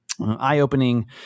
eye-opening